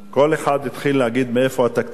כל אחד התחיל להגיד מאיפה התקציב יגיע.